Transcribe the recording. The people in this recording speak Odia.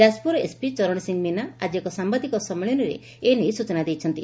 ଯାଜପୁରର ଏସ୍ପି ଚରଣ ସିଂହ ମୀନା ଆଜି ଏକ ସାମ୍ଘାଦିକ ସମ୍ମିଳନୀରେ ଏନେଇ ସୂଚନା ଦେଇଛନ୍ତି